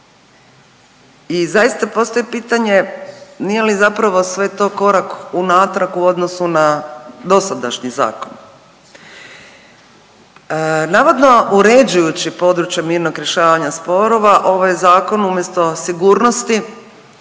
I zaista postaje pitanje nije li zapravo sve to korak unatrag u odnosu na dosadašnji zakon? Navodno uređujući područje mirnog rješavanja sporova ovaj zakon umjesto sigurnosti